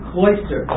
Cloister